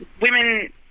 women